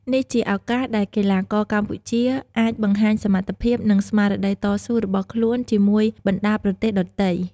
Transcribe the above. នេះជាឱកាសដែលកីឡាករកម្ពុជាអាចបង្ហាញសមត្ថភាព និងស្មារតីតស៊ូរបស់ខ្លួនជាមួយបណ្តាប្រទេសដទៃ។